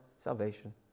Salvation